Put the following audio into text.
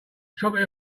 tropic